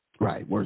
Right